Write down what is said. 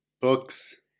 Books